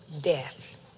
death